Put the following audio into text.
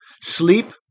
Sleep